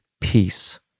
peace